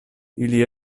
ili